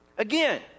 Again